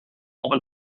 aber